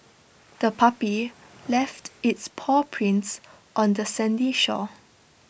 the puppy left its paw prints on the sandy shore